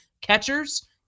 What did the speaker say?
catchers